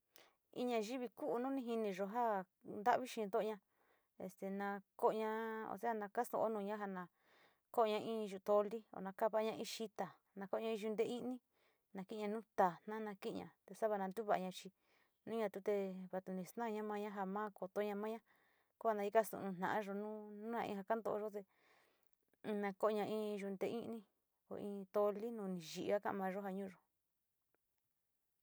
In nayivi ku´u nu ni jiniyo ja ntavi xee nto´ona este na ko´ola o sea na kastuo nuña nama ko´ona in yuu tuli, na kavana in xita, na kooña in yute i´ini, na ki´iña nu tajna na, saa na ntuva´aña, naula tute snaña maña nu ma kotoña maña ko na kastu´uyo nu na´ayo nu na in ja kantoro te na kooña in yute i´ini, in toli nuni yi´ii ja ka´a mayo nu ñuuyo.